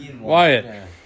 Wyatt